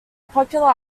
popular